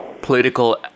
political